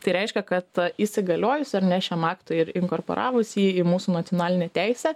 tai reiškia kad įsigaliojus ar ne šiam aktui ir inkorporavus jį į mūsų nacionalinę teisę